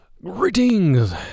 Greetings